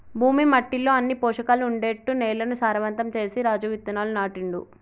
భూమి మట్టిలో అన్ని పోషకాలు ఉండేట్టు నేలను సారవంతం చేసి రాజు విత్తనాలు నాటిండు